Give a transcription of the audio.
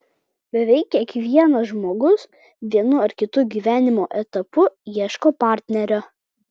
beveik kiekvienas žmogus vienu ar kitu gyvenimo etapu ieško partnerio